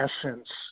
essence